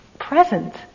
Present